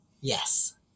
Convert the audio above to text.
yes